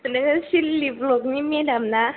नोङो सिडली ब्लकनि मेडाम ना